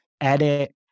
edit